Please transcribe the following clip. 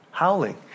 Howling